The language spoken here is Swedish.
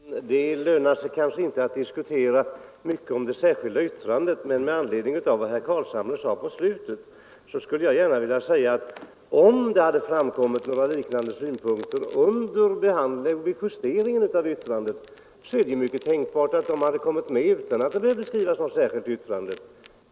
Herr talman! Det lönar sig kanske inte att diskutera det särskilda yttrandet mera, men med anledning av vad herr Carlshamre sade på slutet skulle jag vilja tillägga att om det hade framkommit några liknande synpunkter när vi justerade betänkandet så är det mycket möjligt att de hade kommit med utan att det behövts något särskilt yttrande.